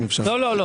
לא 40%,